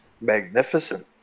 magnificent